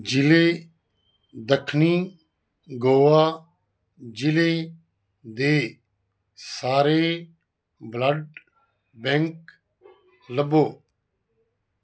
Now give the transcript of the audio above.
ਜ਼ਿਲ੍ਹੇ ਦੱਖਣੀ ਗੋਆ ਜ਼ਿਲ੍ਹੇ ਦੇ ਸਾਰੇ ਬਲੱਡ ਬੈਂਕ ਲੱਭੋ